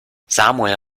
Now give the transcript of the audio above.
samuel